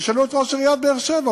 תשאלו את ראש עיריית באר-שבע.